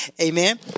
Amen